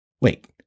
Wait